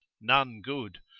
none good,